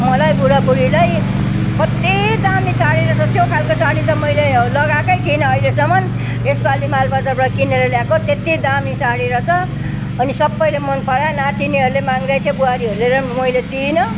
मलाई बुढाबुढीलाई कत्ति दामी साडी रहेछ त्यो खालके साडी त मैले लगाएकै थिइनँ अहिलेसम्म यसपालि मालबजारबाट किनेर ल्याएको त्यति दामी साडी रहेछ अनि सबैले मनपरायो नातिनीहरूले माग्दै थियो बुहारीहरूले र मैले दिइनँ